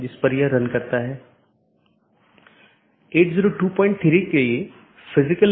AS के भीतर इसे स्थानीय IGP मार्गों का विज्ञापन करना होता है क्योंकि AS के भीतर यह प्रमुख काम है